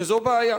וזו בעיה.